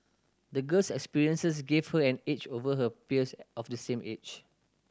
the girl's experiences gave her an edge over her peers of the same age